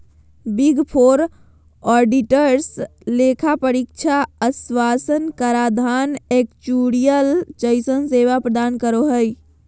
big four auditors लेखा परीक्षा आश्वाशन कराधान एक्चुरिअल जइसन सेवा प्रदान करो हय